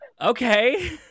Okay